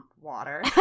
water